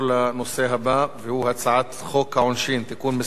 והוא הצעת חוק העונשין (תיקון מס' 116),